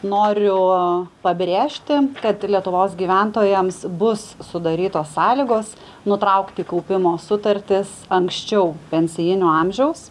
noriu pabrėžti kad lietuvos gyventojams bus sudarytos sąlygos nutraukti kaupimo sutartis anksčiau pensinio amžiaus